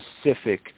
specific